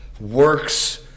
works